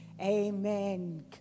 amen